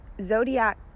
zodiac